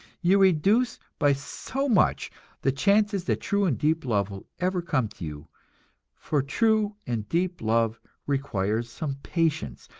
you reduce by so much the chances that true and deep love will ever come to you for true and deep love requires some patience,